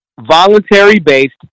voluntary-based